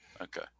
Okay